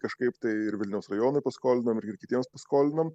kažkaip tai ir vilniaus rajonui paskolinom ir ir kitiems paskolinom